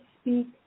speak